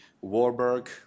Warburg